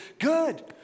good